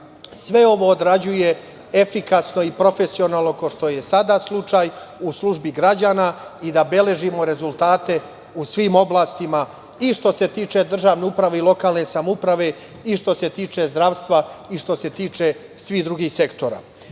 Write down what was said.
sve ovo određuje efikasno i profesionalno, kao što je do sada slučaj, u službi građana i da beležimo rezultate u svim oblastima i što se tiče državne uprave i lokalne samouprave i što se tiče zdravstva i što se tiče svih drugih sektora. Kada